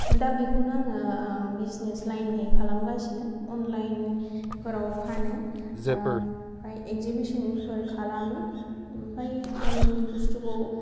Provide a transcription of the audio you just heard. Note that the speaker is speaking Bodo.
दा बेखौनो आङो बिजिनेस लाइनहै खालामगासिनो अनलाइन फोराव फानो ओमफाय एगजिबिसनफोर खालामो ओमफाय आंनि बुस्थुखौ